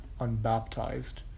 unbaptized